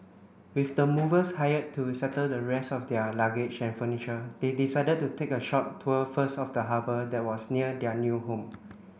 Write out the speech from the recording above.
with the movers hired to settle the rest of their luggage and furniture they decided to take a short tour first of the harbour that was near their new home